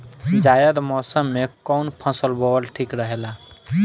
जायद मौसम में कउन फसल बोअल ठीक रहेला?